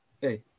hey